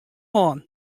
hân